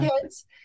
kids